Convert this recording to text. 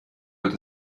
wird